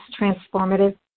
transformative